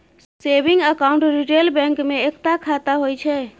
saving account retail bank मे एकता खाता होइ छै